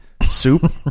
Soup